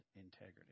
integrity